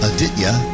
Aditya